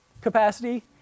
capacity